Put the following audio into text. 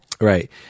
Right